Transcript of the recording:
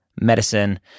medicine